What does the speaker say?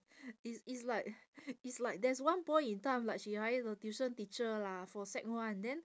is is like is like there's one point in time like she hired a tuition teacher lah for sec one then